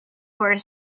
were